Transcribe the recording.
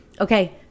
okay